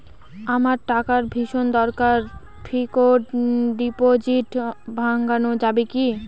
আমার টাকার ভীষণ দরকার ফিক্সট ডিপোজিট ভাঙ্গানো যাবে কি?